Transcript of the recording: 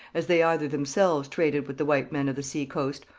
as they either themselves traded with the white men of the sea-coast,